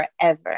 forever